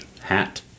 hat